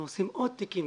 אנחנו עושים עוד תיקים,